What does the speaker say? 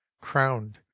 crowned